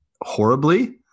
horribly